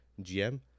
GM